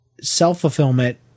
self-fulfillment